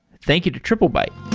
thank you to triplebyte